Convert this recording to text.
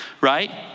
right